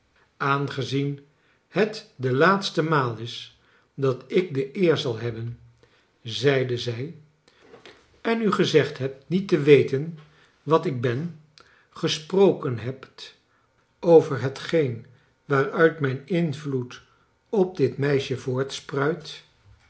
aangezien het de laatste maal is dat ik de eer zal hebben zeide zij en n gezegd hebt niet te we ten wat ik ben gesproken hebt over hetgeen waaruit mijn invloed op dit meisje voortspruit